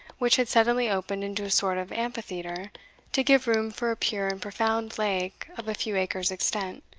which had suddenly opened into a sort of amphitheatre to give room for a pure and profound lake of a few acres extent,